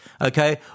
okay